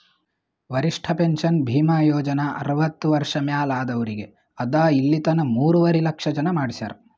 ವರಿಷ್ಠ ಪೆನ್ಷನ್ ಭೀಮಾ ಯೋಜನಾ ಅರ್ವತ್ತ ವರ್ಷ ಮ್ಯಾಲ ಆದವ್ರಿಗ್ ಅದಾ ಇಲಿತನ ಮೂರುವರಿ ಲಕ್ಷ ಜನ ಮಾಡಿಸ್ಯಾರ್